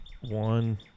one